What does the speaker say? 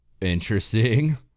interesting